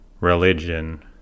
religion